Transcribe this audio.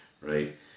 right